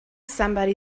somebody